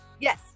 yes